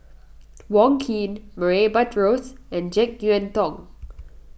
Wong Keen Murray Buttrose and Jek Yeun Thong